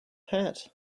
hat